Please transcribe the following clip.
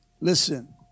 Listen